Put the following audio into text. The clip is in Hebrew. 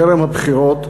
טרם הבחירות,